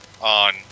on